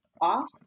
off